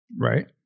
Right